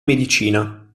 medicina